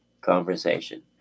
conversation